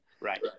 right